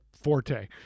forte